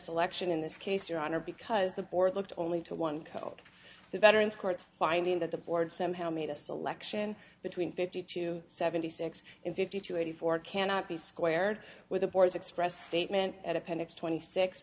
selection in this case your honor because the board looked only to one called the veterans court finding that the board somehow made a selection between fifty to seventy six in fifty to eighty four cannot be squared with the board's expressed statement at appendix twenty six